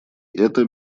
это